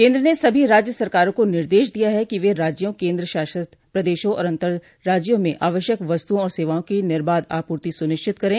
केंद्र ने सभी राज्य सरकारों को निर्देश दिया है कि वे राज्यों केंद्र शासित प्रदेशों और अंतर राज्यों में आवश्यक वस्त्रओं और सेवाओं की निर्बाध आपूर्ति सुनिश्चित करें